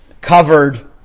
covered